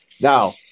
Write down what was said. Now